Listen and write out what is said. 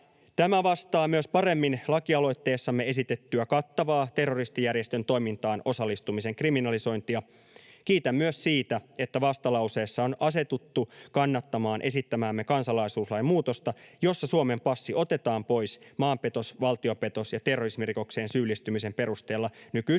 Tämä vastaa myös paremmin lakialoitteessamme esitettyä kattavaa terroristijärjestön toimintaan osallistumisen kriminalisointia. Kiitän myös siitä, että vastalauseessa on asetuttu kannattamaan esittämäämme kansalaisuuslain muutosta, jossa Suomen passi otetaan pois maanpetos-, valtiopetos- ja terrorismirikokseen syyllistymisen perusteella nykyistä